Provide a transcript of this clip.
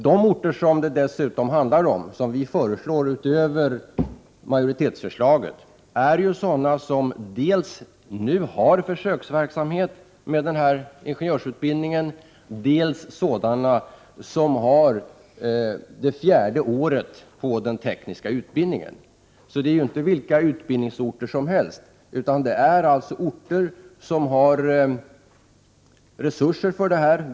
De orter som vi föreslår utöver dem som tas upp i majoritetens förslag är dels sådana som nu har försöksverksamhet med denna ingenjörsutbildning, dels sådana som har det fjärde året på den tekniska utbildningen. Det är alltså inte vilka utbildningsorter som helst utan orter som har resurser för detta.